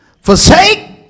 Forsake